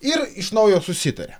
ir iš naujo susitaria